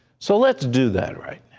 so let's do that right